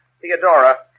Theodora